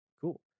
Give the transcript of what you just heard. cool